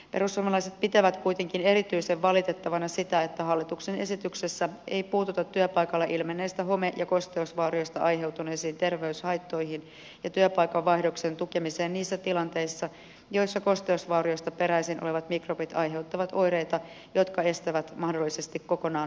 perussuomalaiset pitävät kuitenkin erityisen valitettavana sitä että hallituksen esityksessä ei puututa työpaikalla ilmenneistä home ja kosteusvaurioista aiheutuneisiin terveyshaittoihin ja työpaikan vaihdoksen tukemiseen niissä tilanteissa joissa kosteusvaurioista peräisin olevat mikrobit aiheuttavat oireita jotka estävät mahdollisesti kokonaan työskentelyn